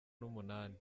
n’umunani